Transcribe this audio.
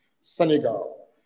Senegal